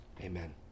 Amen